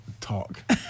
talk